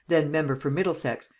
then member for middlesex,